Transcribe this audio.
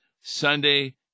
Sunday